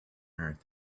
earth